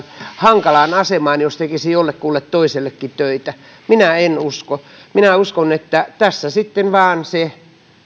hankalaan asemaan jos tekisi jollekulle toisellekin töitä minä en usko minä uskon että tässä sitten vain